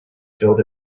filled